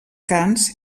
cants